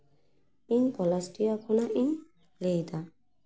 ᱤᱧ ᱯᱚᱞᱟᱥᱰᱤᱦᱟ ᱠᱷᱚᱱᱟᱜ ᱤᱧ ᱞᱟᱹᱭ ᱮᱫᱟ